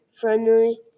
friendly